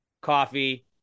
coffee